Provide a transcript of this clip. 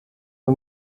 für